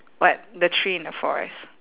what the tree in the forest